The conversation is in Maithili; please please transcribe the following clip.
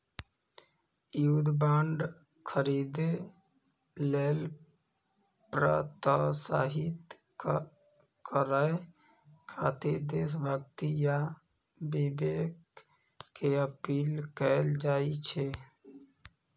युद्ध बांड खरीदै लेल प्रोत्साहित करय खातिर देशभक्ति आ विवेक के अपील कैल जाइ छै